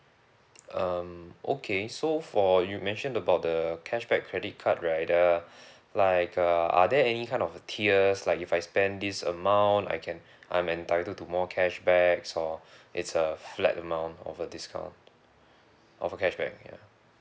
um okay so for you mentioned about the cashback credit card right uh like uh are there any kind of tiers like if I spend this amount I can I'm entitled to more cashbacks or it's a flat amount of a discount of a cashback ya